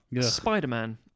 spider-man